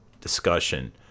discussion